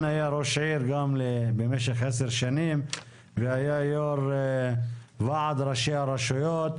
היה ראש עיר במשך עשר שנים והיה יו"ר ועד ראשי הרשויות.